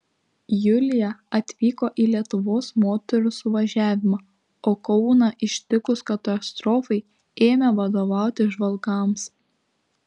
julija atvyko į lietuvos moterų suvažiavimą o kauną ištikus katastrofai ėmė vadovauti žvalgams